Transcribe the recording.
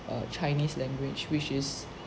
err chinese language which is